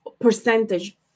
percentage